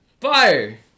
Fire